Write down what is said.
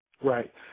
Right